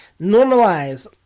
Normalize